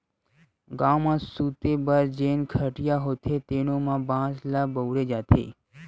गाँव म सूते बर जेन खटिया होथे तेनो म बांस ल बउरे जाथे